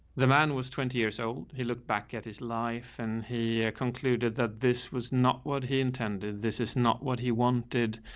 the man was twenty years old. he looked back at his life and he ah concluded that this was not what he intended. this is not what he wanted.